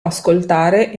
ascoltare